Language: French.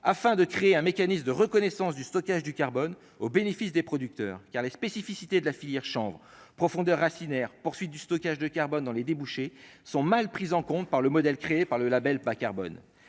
afin de créer un mécanisme de reconnaissance du stockage du carbone au bénéfice des producteurs car les spécificités de la filière chambre profondeur racinaire poursuite du stockage de carbone dans les débouchés sont mal prises en compte par le modèle créé par le Label bas-carbone